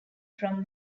from